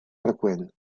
freqüent